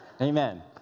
amen